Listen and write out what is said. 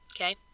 Okay